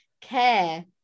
care